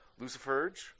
Luciferge